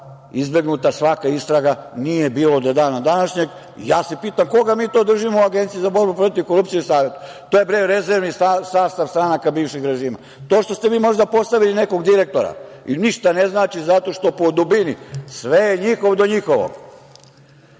izbegnuta svaka istraga, nije bila do dana današnjeg. Ja se pitam koga mi to držimo u Agenciji za borbu protiv korupcije i u Savetu. To je, bre, rezervni sastav stranaka bivšeg režima. To što ste vi možda postavili nekog direktora ništa ne znači zato što po dubini sve je njihov do njihovog. Idemo